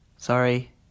sorry